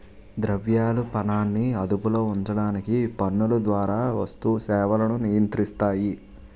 ద్రవ్యాలు పనాన్ని అదుపులో ఉంచడానికి పన్నుల ద్వారా వస్తు సేవలను నియంత్రిస్తాయి